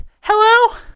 Hello